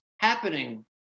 happening